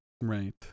Right